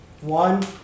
One